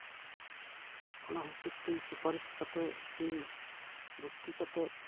ᱚᱱᱟ ᱦᱤᱸᱥᱟᱹᱵᱛᱮ ᱤᱧ ᱥᱩᱯᱟᱨᱤᱥ ᱠᱟᱛᱮ ᱩᱱᱤ ᱵᱷᱩᱛᱛᱤ ᱠᱟᱛᱮᱫ